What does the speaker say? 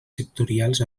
sectorials